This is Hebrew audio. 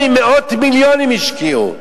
מאות מיליונים השקיעו.